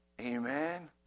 Amen